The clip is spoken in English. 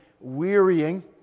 wearying